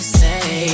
say